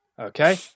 Okay